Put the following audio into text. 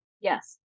Yes